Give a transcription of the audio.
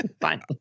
Fine